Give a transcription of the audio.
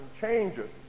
changes